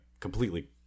completely